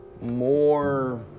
more